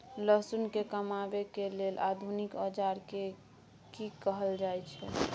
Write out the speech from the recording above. लहसुन के कमाबै के लेल आधुनिक औजार के कि कहल जाय छै?